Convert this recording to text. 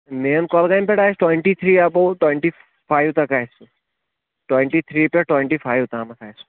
main کۄلگامہِ پٮ۪ٹھ آسہِ ٹُونٹی تھِرٛی اٮ۪بو ٹُونٹی فایِو تک آسہِ ٹُونٹی تھِرٛی پٮ۪ٹھ ٹُونٹی فایو تامَتھ آسہِ